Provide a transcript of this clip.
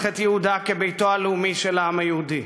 את ייעודה כביתו הלאומי של העם היהודי.